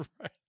Right